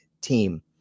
team